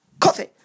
coffee